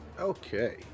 okay